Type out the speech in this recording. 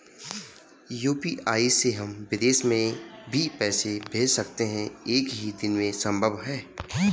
UPI से हम विदेश में भी पैसे भेज सकते हैं एक ही दिन में संभव है?